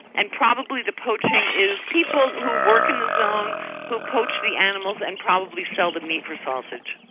and probably the poaching is people who work in the zone who poach the animals and probably sell the meat for sausage,